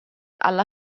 alla